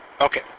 Okay